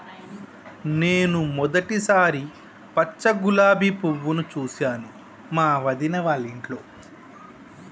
నేను మొదటిసారి పచ్చ గులాబీ పువ్వును చూసాను మా వదిన వాళ్ళింట్లో